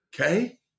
okay